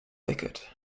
thicket